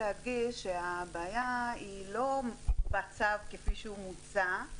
אני רק רוצה להדגיש שהבעיה היא לא בצו כפי שהוא מוצע,